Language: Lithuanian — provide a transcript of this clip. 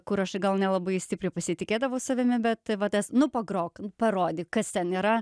kur aš gal nelabai stipriai pasitikėdavau savimi bet va tas nu pagrok parodyk kas ten yra